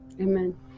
Amen